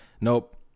Nope